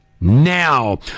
now